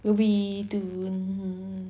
will be to um